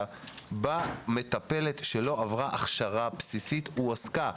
שבה מטפלת שלא עברה הכשרה בסיסית הועסקה.